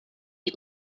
eat